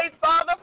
Father